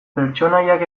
pertsonaiak